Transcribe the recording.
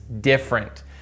different